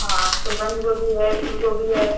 हाँ तो बंद गोभी है फूल गोभी है